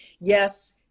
Yes